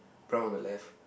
brown on the left